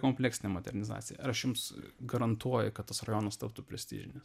kompleksinė modernizacija aš jums garantuoju kad tas rajonas taptų prestižinis